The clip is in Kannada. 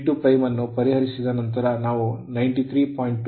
ಆದ್ದರಿಂದ V2 ಅನ್ನು ಪರಿಹರಿಸಿದ ನಂತರ ನಾವು 93